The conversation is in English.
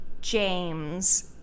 James